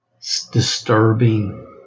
disturbing